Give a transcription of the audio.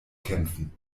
kämpfen